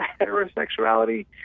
heterosexuality